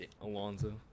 Alonzo